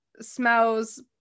smells